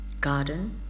garden